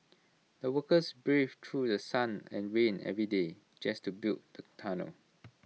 the workers braved through The Sun and rain every day just to build tunnel